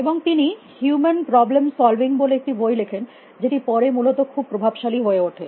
এবং তিনি human problem solving বলে একটি বই লেখেন যেটি পরে মূলত খুব প্রভাবশালী হয়ে ওঠে